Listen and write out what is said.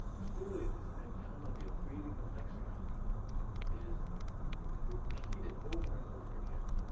clearly, this mentality of creating the lexicon is repeated over and over again.